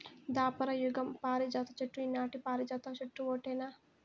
దాపర యుగం పారిజాత చెట్టు ఈనాటి పారిజాత చెట్టు ఓటేనా